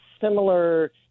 similar